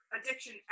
addiction